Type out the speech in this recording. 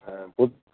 ஆ புத்